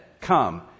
Come